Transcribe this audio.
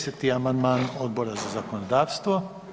10. amandman Odbora za zakonodavstvo.